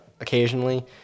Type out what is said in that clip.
occasionally